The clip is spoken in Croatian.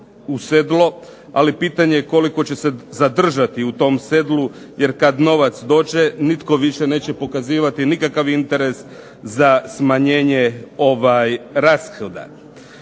ali pitanje koliko će se zadržati u tom sedlu, jer kad novac dođe nitko više neće pokazivati nikakav interes za smanjenje rashoda.